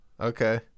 Okay